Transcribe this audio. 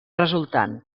resultant